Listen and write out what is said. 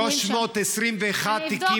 321 תיקים פתוחים.